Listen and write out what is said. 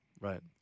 Right